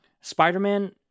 Spider-Man